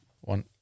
One